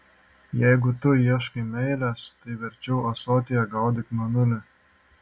jeigu tu ieškai meilės tai verčiau ąsotyje gaudyk mėnulį